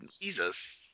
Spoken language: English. Jesus